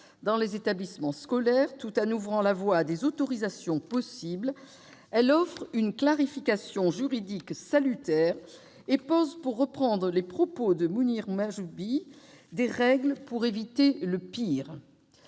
dans les établissements scolaires, tout en ouvrant la voie à des autorisations possibles, il offre une clarification juridique salutaire et pose, pour reprendre les propos de Mounir Mahjoubi, des « règles pour éviter le pire ».